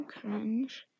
cringe